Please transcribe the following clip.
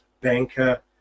banker